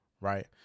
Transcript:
right